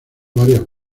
varias